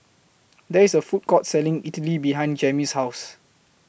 There IS A Food Court Selling Idili behind Jammie's House